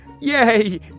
Yay